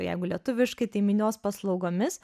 jeigu lietuviškai tai minios paslaugomis